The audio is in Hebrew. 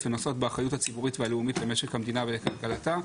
ונושאות באחריות הציבורית והלאומית למשק המדינה ולכלכלתה".